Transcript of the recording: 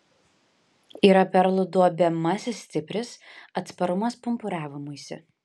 yra perlų duobiamasis stipris atsparumas pumpuravimuisi